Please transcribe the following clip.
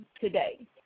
today